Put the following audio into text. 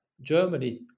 Germany